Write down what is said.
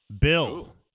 Bill